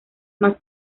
más